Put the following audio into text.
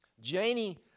Janie